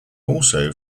also